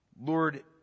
Lord